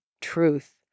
truth